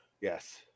Yes